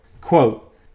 Quote